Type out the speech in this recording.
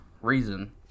reason